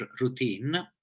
routine